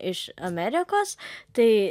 iš amerikos tai